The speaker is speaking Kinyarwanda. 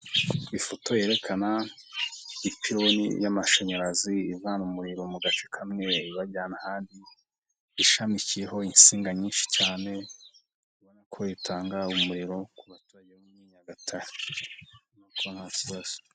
Ifoto yerekana ipironi y'amashanyarazi ivana umuriro mu gace kamwe ibajyana ahandi, ishamikiyeho insinga nyinshi cyane kuko itanga umuriro ku baturage bo muri Nyagatare kuko nta kibazo.